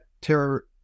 terror